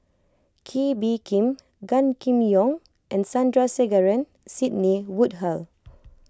Kee Bee Khim Gan Kim Yong and Sandrasegaran Sidney Woodhull